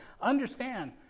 understand